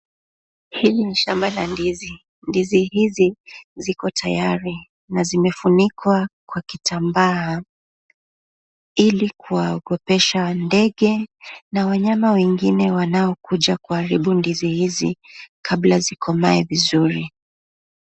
Hili ni shamba la ndizi. Ndizi hizi ziko tayari na zimefunikwa kwa kitambaa hili kuwaogopesha ndege na wanyama wengine wanaokuja kuharibu ndizi hizi kabla zikomae vizuri.